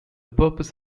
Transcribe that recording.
purpose